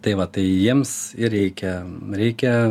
tai va tai jiems ir reikia reikia